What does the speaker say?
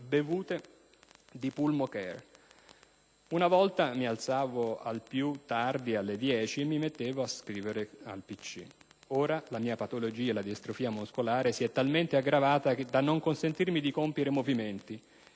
bevute di pulmocare. Una volta mi alzavo al più tardi alle dieci e mi mettevo a scrivere sul pc. Ora la mia patologia, la distrofia muscolare, si è talmente aggravata da non consentirmi di compiere movimenti,